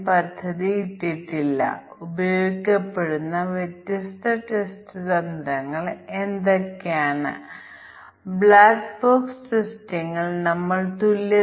നമ്മൾ അതിനെ ചിത്രപരമായി പ്രതിനിധീകരിക്കുന്നുവെങ്കിൽ ഈ വേരിയബിളിന് 2 അതിരുകളുണ്ട് വർഷങ്ങളുടെ വിദ്യാഭ്യാസത്തിനും പ്രായത്തിനും 2 അതിരുകളുണ്ട്